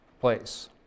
place